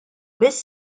biss